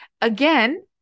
again